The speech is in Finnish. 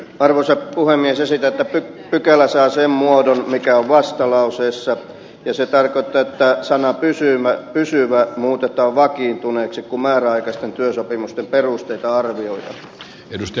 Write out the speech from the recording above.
esitän että pykälä saa sen muodon mikä on vastalauseessa ja se tarkoittaa että sana pysyväksi muutetaan vakiintuneeksi kun määräaikaisten työsopimusten perusteita arvioidaan